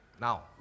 Now